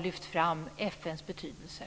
lyft fram FN:s betydelse.